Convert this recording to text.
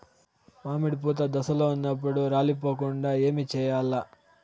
మామిడి పూత దశలో ఉన్నప్పుడు రాలిపోకుండ ఏమిచేయాల్ల?